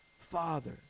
Father